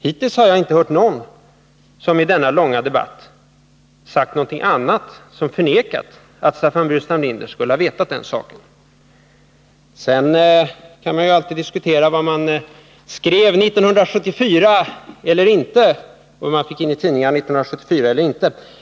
Hittills har jag inte hört någon som i denna långa debatt har sagt någonting annat eller som förnekat att Staffan Burenstam Linder skulle ha vetat om den saken. Sedan kan man ju alltid diskutera vad man skrev 1974 eller inte skrev och vad man fick in i tidningarna 1974 eller inte.